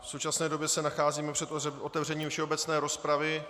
V současné době se nacházíme před otevřením všeobecné rozpravy.